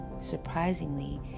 surprisingly